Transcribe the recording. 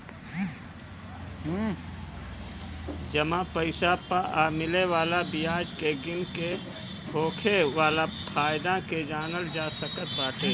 जमा पईसा पअ मिले वाला बियाज के गिन के होखे वाला फायदा के जानल जा सकत बाटे